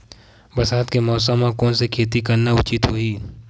बरसात के मौसम म कोन से खेती करना उचित होही?